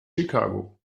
chicago